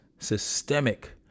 systemic